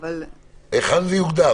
היכן זה יוגדר?